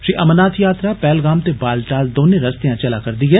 श्री अमरनाथ यात्रा पैहलगाम ते बालटाल दौनें रस्तेया चला'रदी ऐ